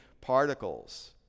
particles